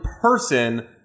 person